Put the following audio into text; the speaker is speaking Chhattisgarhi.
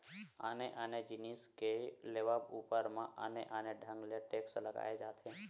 आने आने जिनिस के लेवब ऊपर म आने आने ढंग ले टेक्स लगाए जाथे